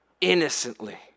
innocently